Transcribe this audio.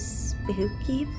spooky